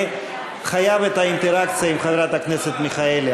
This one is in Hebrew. אני חייב את האינטראקציה עם חברת הכנסת מיכאלי,